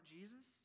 Jesus